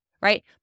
right